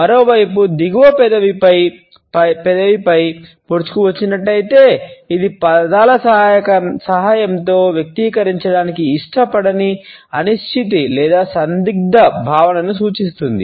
మరోవైపు దిగువ పెదవి పై పెదవిపై పొడుచుకు వచ్చినట్లయితే ఇది పదాల సహాయంతో వ్యక్తీకరించడానికి ఇష్టపడని అనిశ్చితి లేదా సందిగ్ధ భావనను సూచిస్తుంది